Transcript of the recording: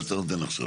מה שאתה נותן עכשיו.